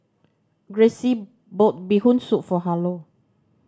Grayce bought Bee Hoon Soup for Harlow